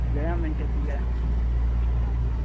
घणा मिंट थी विया ॾिसां पई